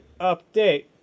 Update